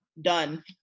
done